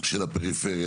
של הפריפריה,